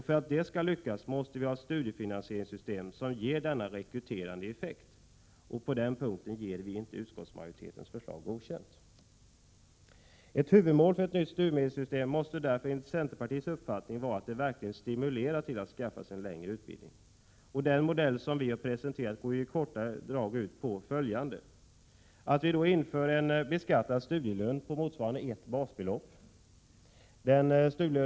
För att det skall lyckas måste vi ha ett studiefinansieringssystem som ger denna rekryterande effekt. På den punkten ger vi inte utskottsmajoritetens förslag godkänt. Ett huvudmål för ett nytt studiemedelssystem måste enligt centerpartiets uppfattning vara att det verkligen stimulerar till att skaffa sig en längre utbildning. Den modell som vi presenterat går därför i korta drag ut på följande. —- En beskattad studielön på motsvarande 1 basbelopp införs.